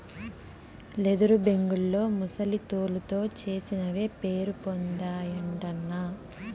leather బేగుల్లో ముసలి తోలుతో చేసినవే పేరుపొందాయటన్నా